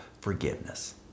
forgiveness